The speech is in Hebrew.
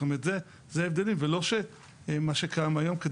זאת אומרת, זה ההבדלים, ולא מה שקיים היום.